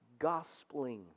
Gospeling